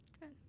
good